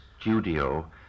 studio